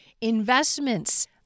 investments